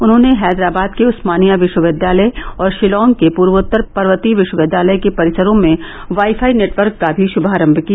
उन्होंने हैदराबाद के उस्मानिया विश्वविद्यालय और शिलांग के पूर्वोत्तर पर्वतीय विश्वविद्यालय के परिसरों में वाई फाई नेटवर्क का भी शुभारंभ किया